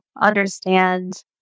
understand